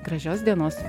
gražios dienos